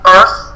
Earth